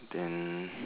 then